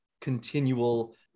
continual